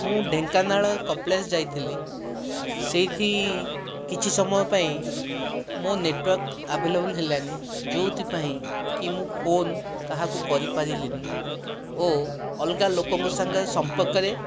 ମୁଁ ଢେଙ୍କାନାଳ କପିଳାସ ଯାଇଥିଲି ସେଇଠି କିଛି ସମୟ ପାଇଁ ମୋ ନେଟୱାର୍କ୍ ଆଭେଲେବୁଲ୍ ହେଲାନି ଯେଉଁଥିପାଇଁ କି ମୁଁ ଫୋନ୍ କାହାକୁ କରିପାରିଲିନି ଓ ଅଲଗା ଲୋକଙ୍କ ସାଙ୍ଗରେ ସମ୍ପର୍କରେ